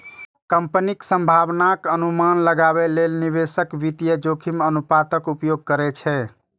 कंपनीक संभावनाक अनुमान लगाबै लेल निवेशक वित्तीय जोखिम अनुपातक उपयोग करै छै